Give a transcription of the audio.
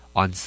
on